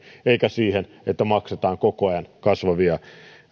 emmekä siihen että maksetaan koko ajan kasvavia